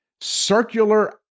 circular